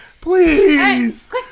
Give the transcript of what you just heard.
Please